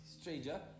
Stranger